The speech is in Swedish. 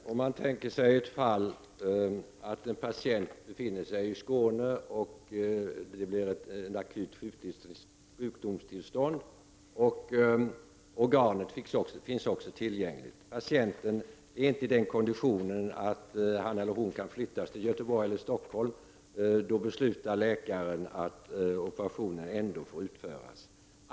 Fru talman! Om man tänker sig ett fall där en patient befinner sig i Skåne och drabbas av akut sjukdomstillstånd och ett organ också finns tillgängligt där, men patienten inte är i den konditionen att han kan flyttas till Göteborg eller Stockholm, och läkaren beslutar då att operationen ändå får utföras.